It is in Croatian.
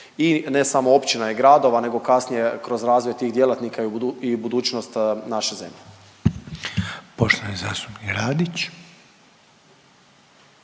i ne samo općina i gradova nego kasnije kroz razvoj tih djelatnika i budućnost naše zemlje. **Reiner,